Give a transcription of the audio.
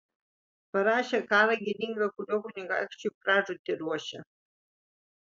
parašė karą gėdingą kuriuo kunigaikščiui pražūtį ruošia